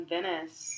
Venice